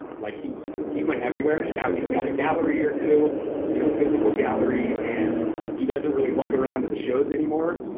like he he went everywhere and now he's got a gallery or two, a you know physical gallery, and he doesn't really lug around to the shows anymore.